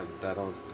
that'll